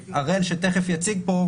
שתיכף יציג פה,